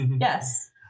Yes